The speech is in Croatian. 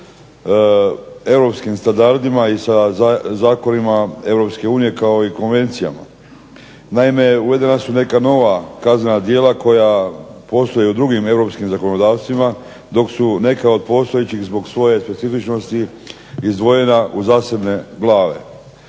sa europskim standardima i sa zakonima Europske unije, kao i konvencijama. Naime uvedena su neka nova kaznena djela koja postoje u drugim europskim zakonodavstvima, dok su neka od postojećih zbog svoje specifičnosti izdvojena u zasebne glave.